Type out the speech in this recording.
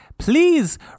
Please